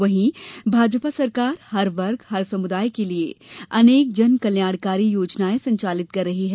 वहीं भाजपा सरकार हर वर्ग समुदाय के लिये अनेक कल्याणकारी योजनाएं संचालित कर रही है